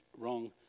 wrong